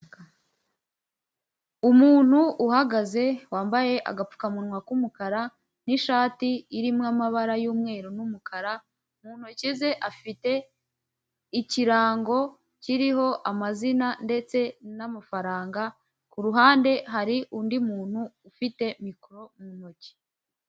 Umuntu uhagaze wambaye agapfukamunwa k'umukara n'ishati irimo amabara y'umweru n'umukara, mu ntoki ze afite ikirango kiriho amazina ndetse n'amafaranga, ku ruhande hari undi muntu ufite mikoro mu ntoki.